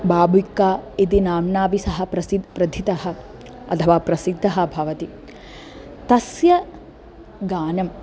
बाबिक्का इति नाम्नाभिः सः प्रसिद्धः प्रथितः अथवा प्रसिद्धः भवति तस्य गानम्